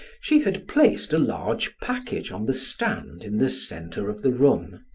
she had placed a large package on the stand in the center of the room.